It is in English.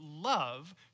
love